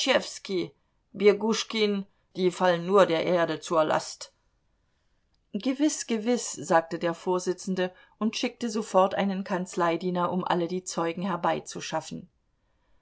die fallen nur der erde zur last gewiß gewiß sagte der vorsitzende und schickte sofort einen kanzleidiener um alle die zeugen herbeizuschaffen